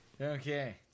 Okay